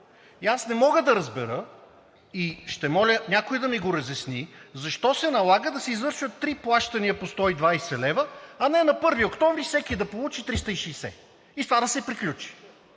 Аз не мога да разбера и ще моля някой да ми го разясни: защо се налага да се извършват три плащания по 120 лв., а не на 1 октомври всеки да получи 360 лв. и с това да се приключи?